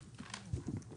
יפה.